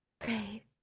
Great